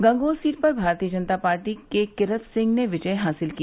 Gangoh seat पर भारतीय जनता पार्टी के किरत सिंह ने विजय हासिल की